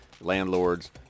landlords